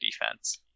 defense